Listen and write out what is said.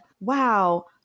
wow